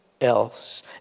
else